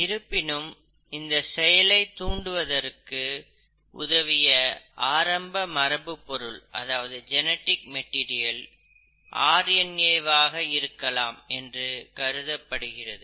இருப்பினும் இந்த செயலை தூண்டுவதற்கு உதவிய ஆரம்ப மரபு பொருள் ஆர் என் ஏ வாக இருக்கலாம் என்று கருதப்படுகிறது